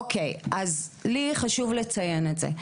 אוקיי, אז לי חשוב לציין את זה.